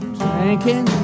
drinking